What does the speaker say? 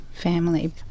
family